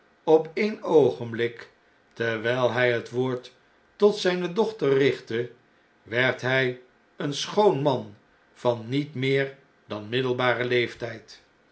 op een oogenblik terwjjl hh het woord tot zpe dochter richtte werd hij een schoon man van niet meer dan middelbaren leeftijd